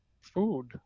food